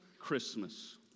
Christmas